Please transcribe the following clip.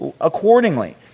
accordingly